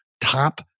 top